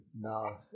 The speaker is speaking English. now